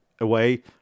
away